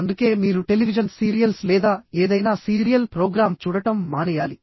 అందుకే మీరు television serials లేదా ఏదైనా సీరియల్ ప్రోగ్రామ్ చూడటం మానేయాలి